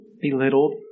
Belittled